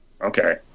Okay